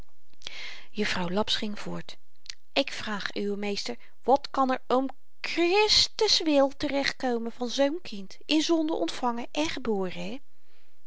juffrouw laps ging voort ik vraag uwe meester wat kan er om krrrristis wil terecht komen van zoo'n kind in zonde ontvangen en geboren